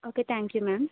okay thank you ma'am